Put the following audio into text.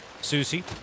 Susie